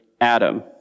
Adam